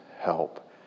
help